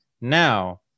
Now